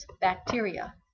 bacteria